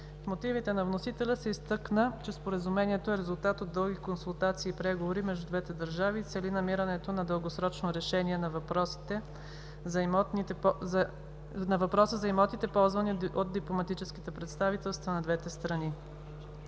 мотивите на вносителя се изтъкна, че Споразумението е резултат от дълги консултации и преговори между двете държави и цели намирането на дългосрочно решение на въпроса за имотите, ползвани от дипломатическите представителства на двете страни.